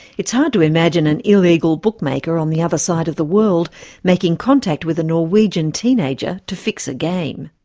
it's hard to imagine an illegal bookmaker on the other side of the world making contact with a norwegian teenager to fix a game.